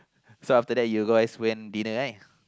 so after that you guys went dinner right